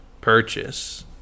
purchase